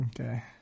Okay